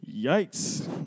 yikes